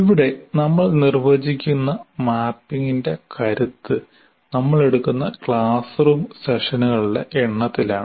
ഇവിടെ നമ്മൾ നിർവചിക്കുന്ന മാപ്പിംഗിന്റെ കരുത്ത് നമ്മൾ എടുക്കുന്ന ക്ലാസ് റൂം സെഷനുകളുടെ എണ്ണത്തിലാണ്